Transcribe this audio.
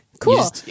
Cool